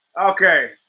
Okay